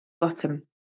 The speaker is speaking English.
Bottom